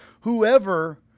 whoever